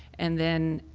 and then